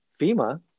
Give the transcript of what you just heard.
fema